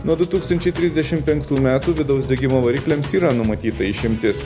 nuo du tūkstančiai trisdešim penktų metų vidaus degimo varikliams yra numatyta išimtis